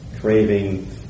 craving